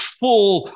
full